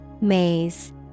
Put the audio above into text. Maze